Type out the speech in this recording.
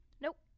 Nope